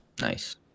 Nice